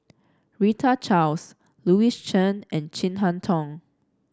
Rita Louis Chen and Chin Harn Tong